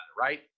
right